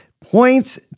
points